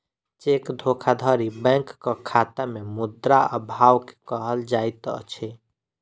cheque धोखाधड़ी बैंकक खाता में मुद्रा अभाव के कहल जाइत अछि